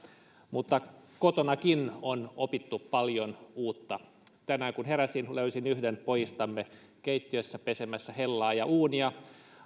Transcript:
mutta kotonakin on opittu paljon uutta tänään kun heräsin löysin yhden pojistamme keittiöstä pesemässä hellaa ja uunia